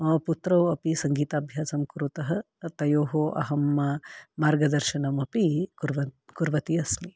मम पुत्रौ अपि सङ्गीताभ्यासं कुरुतः तयोः अहं मार्गदर्शनमपि कुरुव् कुर्वती अस्मि